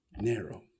Narrow